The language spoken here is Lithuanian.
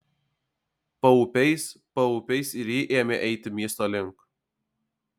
paupiais paupiais ir ji ėmė eiti miesto link